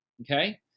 Okay